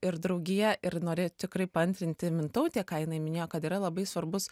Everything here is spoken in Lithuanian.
ir draugija ir norė tikrai paantrinti mintautė ką jinai minėjo kad yra labai svarbus